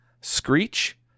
Screech